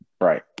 Right